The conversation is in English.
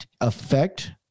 affect